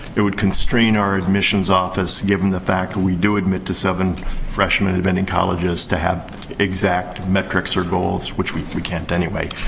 it would constrain our admissions office, given the fact that we do admit to seven freshmen of any colleges to have exact metrics or goals, which we we can't anyway